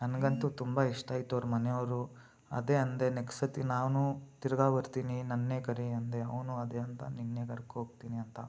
ನನಗಂತೂ ತುಂಬ ಇಷ್ಟ ಆಯ್ತು ಅವ್ರ ಮನೆಯವರು ಅದೇ ಅಂದೆ ನೆಕ್ಸ್ಟ್ ಸತಿ ನಾವುನು ತಿರುಗಾ ಬರ್ತೀನಿ ನನ್ನೇ ಕರಿ ಅಂದೆ ಅವ್ನೂ ಅದೇ ಅಂದ ನಿನ್ನೇ ಕರ್ಕೋ ಹೋಗ್ತೀನಿ ಅಂತ